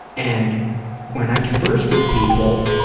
and when i converse with people,